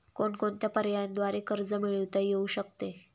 कोणकोणत्या पर्यायांद्वारे कर्ज मिळविता येऊ शकते?